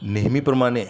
नेहमीप्रमाणे